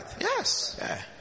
Yes